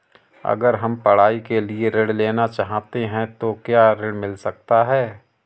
अगर हम पढ़ाई के लिए ऋण लेना चाहते हैं तो क्या ऋण मिल सकता है?